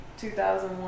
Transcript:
2001